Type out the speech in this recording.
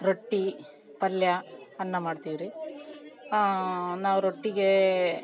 ರೊಟ್ಟಿ ಪಲ್ಯ ಅನ್ನ ಮಾಡ್ತಿವ್ರಿ ನಾವು ರೊಟ್ಟಿಗೇ